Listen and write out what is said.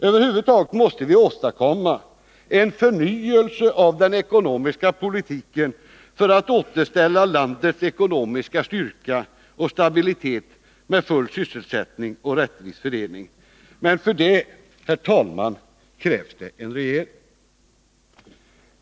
Över huvud taget måste vi åstadkomma en förnyelse av den ekonomiska politiken för att kunna återställa landets ekonomiska styrka och stabilitet med full sysselsättning och rättvis fördelning. Men för det, herr talman, krävs det en regering!